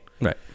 Right